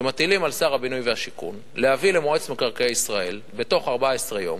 שמטילים על שר הבינוי והשיכון להביא למועצת מקרקעי ישראל בתוך 14 יום